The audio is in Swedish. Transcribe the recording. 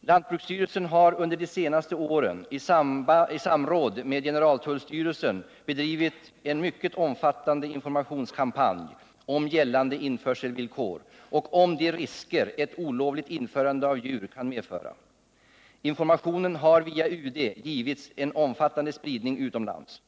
Lantbruksstyrelsen har under de senaste åren i samråd med generaltullstyrelsen bedrivit en mycket omfattande informationskampanj om gällande införselvillkor och om de risker ett olovligt införande av djur kan medföra. Informationen har via UD givits en omfattande spridning utomlands.